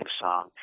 song